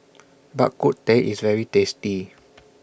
Bak Kut Teh IS very tasty